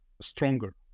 stronger